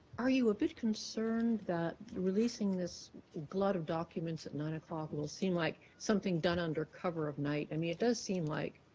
are you a bit concerned that releasing this glut of documents at nine o'clock will seem like something done under cover of night? i mean, it does seem like